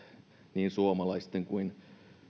niin suomalaisten kuin